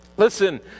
listen